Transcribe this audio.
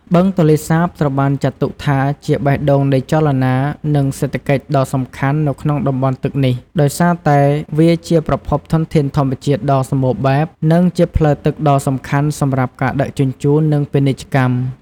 បឹងទន្លេសាបត្រូវបានចាត់ទុកថាជា បេះដូងនៃចលនា និងសេដ្ឋកិច្ច ដ៏សំខាន់នៅក្នុងតំបន់ទឹកនេះ ដោយសារតែវាជាប្រភពធនធានធម្មជាតិដ៏សម្បូរបែប និងជាផ្លូវទឹកដ៏សំខាន់សម្រាប់ការដឹកជញ្ជូន និងពាណិជ្ជកម្ម។